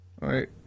Right